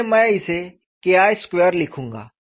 इसलिए मैं इसे KI2 लिखूंगा